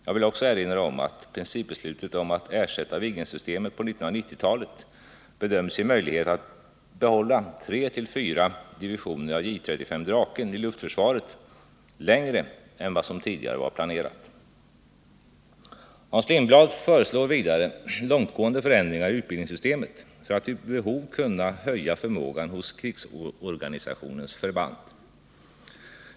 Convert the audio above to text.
Jag vill också erinra om att principbeslutet om att ersätta Viggensystemet på 1990-talet bedöms ge möjlighet att behålla tre till fyra divisioner av J 35 Draken i luftförsvaret längre än vad som tidigare var planerat. Hans Lindblad föreslår vidare långtgående förändringar i utbildningssystemet för att vid behov snabbt kunna höja förmågan hos krigsorganisationens förband.